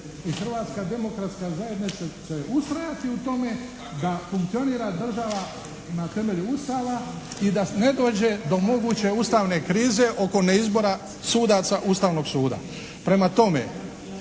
i Hrvatska demokratska zajednica će ustrajati u tome da funkcionira država na temelju Ustava i da ne dođe do moguće ustavne krize oko neizbora sudaca Ustavnog suda. Prema tome,